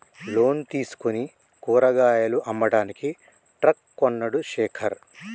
loan తీసుకుని కూరగాయలు అమ్మడానికి ట్రక్ కొన్నడు శేఖర్